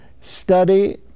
study